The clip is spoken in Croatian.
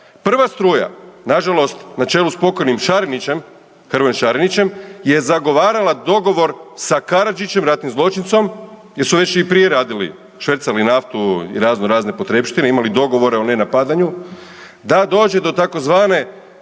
Prva struja na žalost na čelu s pokojnim Šarinićem, Hrvojem Šarinićem je zagovarala dogovor sa Karadžićem ratnim zločincem jer su već i prije radili švercali naftu i raznorazne potrepštine, imali dogovore o nenapadanju da dođe do tzv.